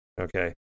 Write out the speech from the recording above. Okay